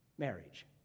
Marriage